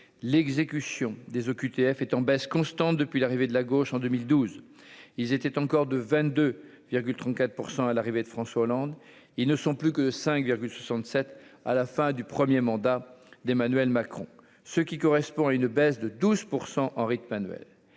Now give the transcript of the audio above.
l'exécution des OQTF est en baisse constante depuis l'arrivée de la gauche en 2012, il était encore de 22,34 % à l'arrivée de François Hollande, ils ne sont plus que 5 virgule 67 à la fin du 1er mandat d'Emmanuel Macron, ce qui correspond à une baisse de 12 % en rythme annuel